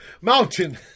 Mountain